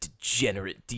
degenerate